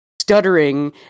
stuttering